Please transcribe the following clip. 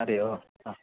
അതെയോ ആ